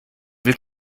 will